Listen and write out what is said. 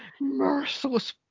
merciless